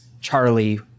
charlie